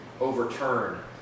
overturned